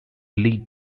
lead